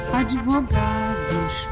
advogados